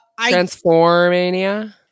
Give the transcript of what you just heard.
Transformania